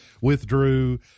withdrew